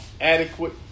adequate